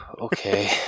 okay